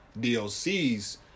DLCs